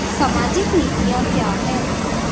सामाजिक नीतियाँ क्या हैं?